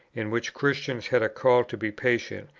in which christians had a call to be patient,